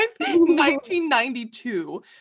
1992